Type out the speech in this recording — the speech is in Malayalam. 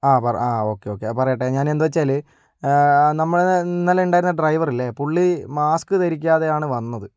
അ പറ ആ ഓക്കേ ഓക്കേ പറയട്ടെ ഞാൻ എന്താണന്ന് വെച്ചാൽ നമ്മൾ ഇന്നലെ ഉണ്ടായിരുന്ന ഡ്രൈവർ ഇല്ലേ പുള്ളി മാസ്ക് ധരിക്കാതെയാണ് വന്നത്